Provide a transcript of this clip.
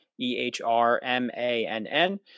E-H-R-M-A-N-N